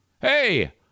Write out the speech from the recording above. Hey